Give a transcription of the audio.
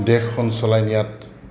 দেশখন চলাই নিয়াত